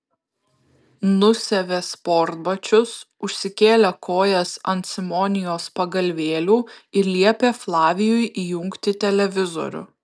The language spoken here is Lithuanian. nusiavė sportbačius užsikėlė kojas ant simonijos pagalvėlių ir liepė flavijui įjungti televizorių